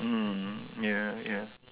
mmhmm ya ya